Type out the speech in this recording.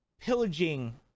pillaging